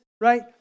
right